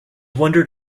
wondered